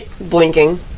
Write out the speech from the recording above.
blinking